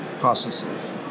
processes